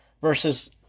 versus